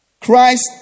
Christ